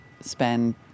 spend